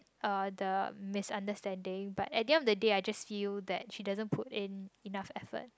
uh the misunderstanding but at the end of the day I just feel that she doesn't put in enough effort